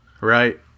Right